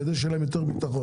כדי שיהיה להם יותר בטחון.